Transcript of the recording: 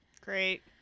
Great